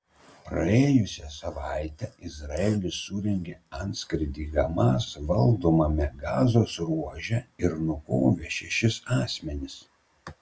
praėjusią savaitę izraelis surengė antskrydį hamas valdomame gazos ruože ir nukovė šešis asmenis